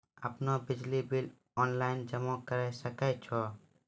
आपनौ बिजली bill online जमा करै सकै छौ?